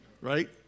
right